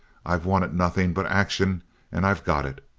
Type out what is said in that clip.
i've wanted nothing but action and i've got it.